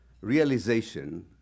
realization